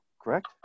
correct